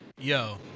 yo